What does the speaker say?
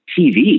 TV